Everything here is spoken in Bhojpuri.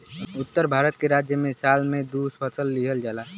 उत्तर भारत के राज्य में साल में दू फसल लिहल जाला